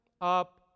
up